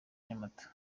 nyamata